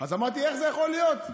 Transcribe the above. אז אמרתי: איך זה יכול להיות?